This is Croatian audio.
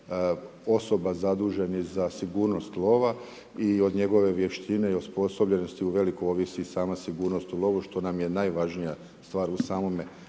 osoba zaduženih za sigurnost lova i od njegove vještine i osposobljenosti uvelike ovisi sama sigurnost u lovu što nam je najvažnija stvar u samome